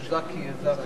אדוני